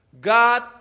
God